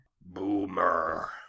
Boomer